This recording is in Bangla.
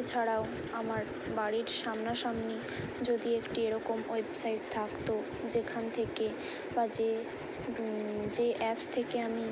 এছাড়াও আমার বাড়ির সামনা সামনি যদি একটি এরকম ওয়েবসাইট থাকতো যেখান থেকে বা যে যে অ্যাপস থেকে আমি